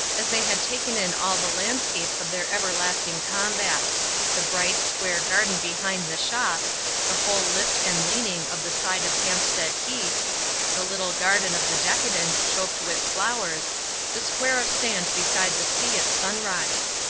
as they had taken in all the landscapes of their everlasting combat the bright, square garden behind the shop the whole lift and leaning of the side of hampstead heath the little garden of the decadent choked with flowers the square of sand beside the sea at sunrise.